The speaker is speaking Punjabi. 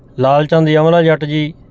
ਲਾਲ ਚੰਦ ਯਮਲਾ ਜੱਟ ਜੀ